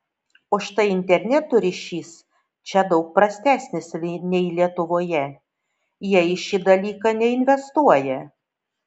o štai interneto ryšys čia daug prastesnis nei lietuvoje jie į šį dalyką neinvestuoja